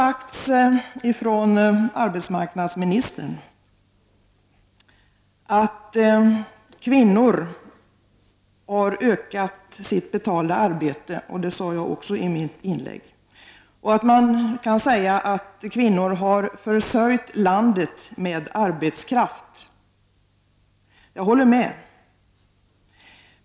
Arbetsmarknadsministern har sagt att kvinnor har ökat sitt betalda arbete, och det sade jag också tidigare i mitt inlägg. Kvinnor har försörjt landet med arbetskraft. Jag håller med.